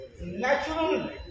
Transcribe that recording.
natural